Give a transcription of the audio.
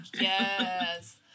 Yes